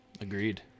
Agreed